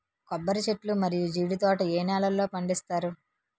కొబ్బరి చెట్లు మరియు జీడీ తోట ఏ నేలల్లో పండిస్తారు?